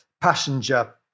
passenger